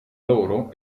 loro